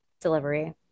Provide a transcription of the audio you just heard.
Delivery